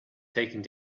taking